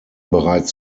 bereits